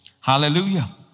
Hallelujah